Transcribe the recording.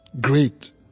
Great